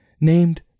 named